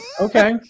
okay